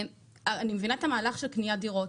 אני מבינה את המהלך של קניית דירות,